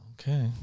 Okay